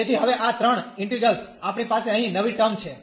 તેથી હવે આ ત્રણ ઇન્ટિગ્રેલ્સ આપણી પાસે અહીં નવી ટર્મ છે